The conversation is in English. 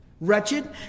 wretched